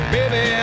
Baby